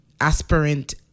aspirant